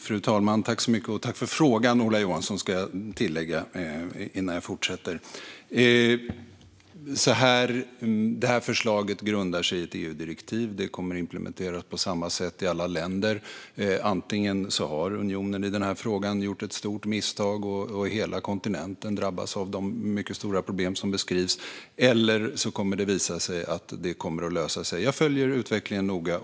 Fru talman! Tack för frågan, Ola Johansson! Förslaget grundar sig i ett EU-direktiv. Det kommer att implementeras på samma sätt i alla länder. Antingen har unionen i den här frågan gjort ett stort misstag och hela kontinenten drabbas av de mycket stora problem som beskrivs, eller så kommer det att visa sig att det kommer att lösa sig. Jag följer utvecklingen noga.